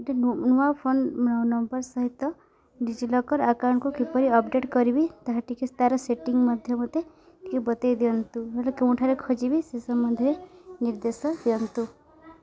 ଗୋଟେ ନୂଆ phone number ସହିତ ଡିଜିଲକର ଆକାଉଣ୍ଟକୁ କିପରି ଅପଡ଼େଟ କରିବି ତାହା ଟିକେ ତାର ସେଟିଂ ମଧ୍ୟ ମୋତେ ଟିକେ ବତେଇ ଦିଅନ୍ତୁ ହେଲେ କେଉଁଠାରେ ଖୋଜିବି ସେ ସମ୍ବନ୍ଧରେ ନିର୍ଦ୍ଦେଶ ଦିଅନ୍ତୁ